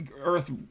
earth